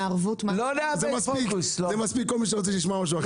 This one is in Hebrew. זה מספיק לכל מי שרוצה לשמוע משהו אחר.